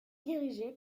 dirigée